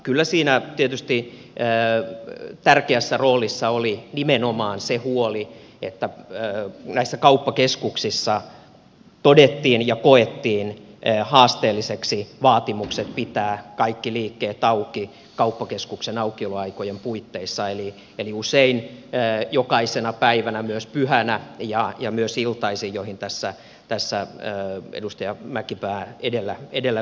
kyllä siinä tietysti tärkeässä roolissa oli nimenomaan se huoli että näissä kauppakeskuksissa todettiin ja koettiin haasteelliseksi vaatimukset pitää kaikki liikkeet auki kauppakeskuksen aukioloaikojen puitteissa eli usein jokaisena päivänä myös pyhänä ja iltaisin mihin tässä edustaja mäkipää edellä viittasi